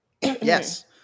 Yes